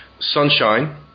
Sunshine